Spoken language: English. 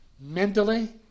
mentally